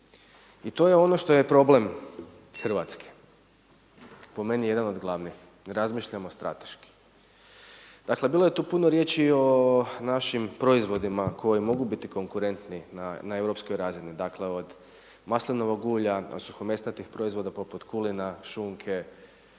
I to je ono što je problem Hrvatske po meni jedan od glavnih ne razmišljamo strateški. Dakle bilo je tu puno riječi o našim proizvodima koji mogu biti konkurentni na europskoj razini dakle od maslinovog ulja, od suhomesnatih proizvoda poput kulina, šunke,